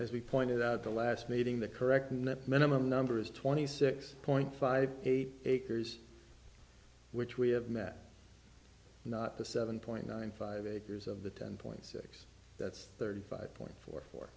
as we pointed out the last meeting the correct net minimum number is twenty six point five eight acres which we have met not the seven point nine five acres of the ten point six that's thirty five point four four